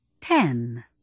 Ten